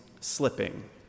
slipping